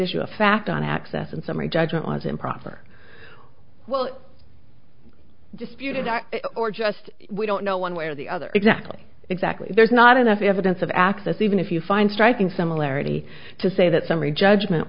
issue of fact on access and summary judgment was improper well dispute or just we don't know one way or the other exactly exactly there's not enough evidence of access even if you find striking similarity to say that summary judgment